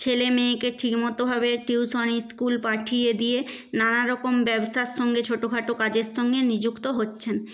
ছেলে মেয়েকে ঠিকমতো ভাবে টিউশন স্কুল পাঠিয়ে দিয়ে নানারকম ব্যবসার সঙ্গে ছোটখাটো কাজের সঙ্গে নিযুক্ত হচ্ছেন